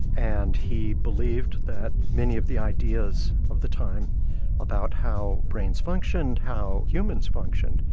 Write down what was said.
and he believed that many of the ideas of the time about how brains functioned, how humans functioned,